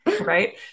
Right